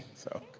so.